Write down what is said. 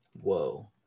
whoa